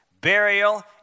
burial